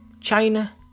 China